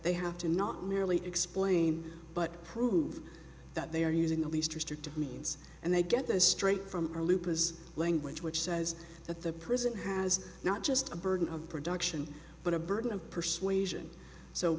they have to not merely explain but prove that they are using the least restrictive means and they get this straight from lupus language which says that the prison has not just a burden of production but a burden of persuasion so